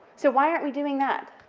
so why aren't we doing that?